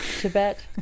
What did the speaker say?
Tibet